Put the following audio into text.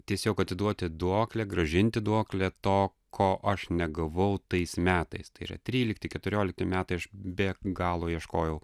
tiesiog atiduoti duoklę grąžinti duoklę to ko aš negavau tais metais tai yra trylikti keturiolikti metai aš be galo ieškojau